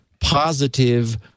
positive